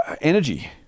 Energy